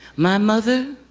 my mother,